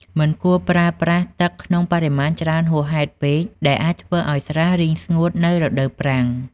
មិនគួរប្រើប្រាស់ទឹកក្នុងបរិមាណច្រើនហួសហេតុពេក ដែលអាចធ្វើឲ្យស្រះរីងស្ងួតនៅរដូវប្រាំង។